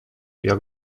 jak